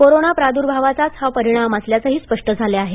corona प्रार्द्भावाचाच हा परिणाम असल्याचंही स्पष्ट झालं आहे